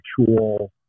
actual